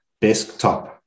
desktop